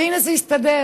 והינה, זה הסתדר.